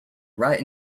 right